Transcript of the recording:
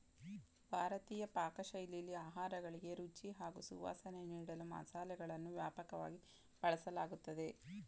ಭಾರತೀಯ ಪಾಕಶೈಲಿಲಿ ಆಹಾರಗಳಿಗೆ ರುಚಿ ಹಾಗೂ ಸುವಾಸನೆ ನೀಡಲು ಮಸಾಲೆಗಳನ್ನು ವ್ಯಾಪಕವಾಗಿ ಬಳಸಲಾಗ್ತದೆ